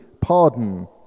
pardon